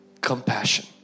compassion